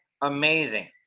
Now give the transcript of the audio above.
amazing